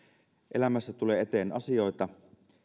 elämässä tulee eteen asioita